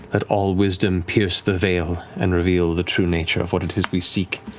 let all wisdom pierce the veil and reveal the true nature of what it is we seek.